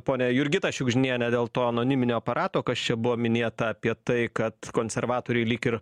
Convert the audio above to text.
ponia jurgita šiugždiniene dėl to anoniminio aparato kas čia buvo minėta apie tai kad konservatoriai lyg ir